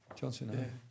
Johnson